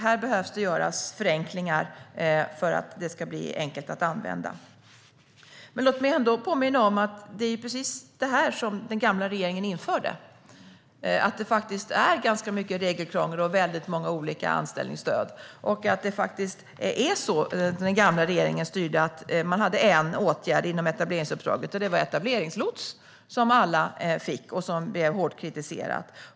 Här behöver det göras förenklingar för att det ska bli enkelt att använda dessa. Men låt mig ändå påminna om att det var precis det här som den gamla regeringen införde. Det är faktiskt ganska mycket regelkrångel och väldigt många olika anställningsstöd. När den gamla regeringen styrde hade man en åtgärd inom etableringsuppdraget, och det var etableringslots. Det fick alla, och det blev hårt kritiserat.